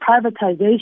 privatization